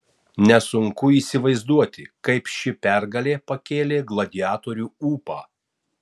nesunku įsivaizduoti kaip ši pergalė pakėlė gladiatorių ūpą